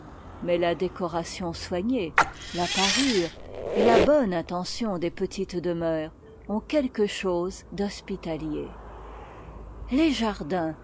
mais la décoration soignée la parure et la bonne intention des petites demeures ont quelque chose d'hospitalier les jardins